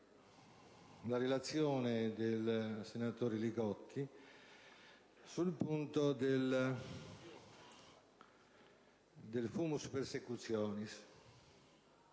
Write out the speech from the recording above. la relazione del senatore Li Gotti sul punto del *fumus persecutionis*.